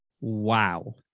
wow